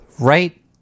right